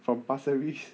from pasir ris